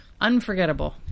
Unforgettable